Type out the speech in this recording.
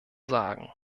sagen